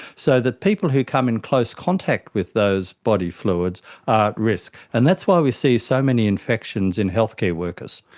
so the people who come in close contact with those body fluids are at risk, and that's why we see so many infections in healthcare workers.